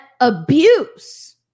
abuse